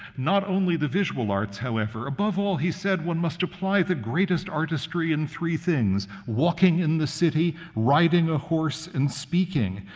not only the visual arts, however. above all, he said, one must apply the greatest artistry in three things walking in the city, riding a horse, and speaking.